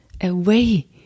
away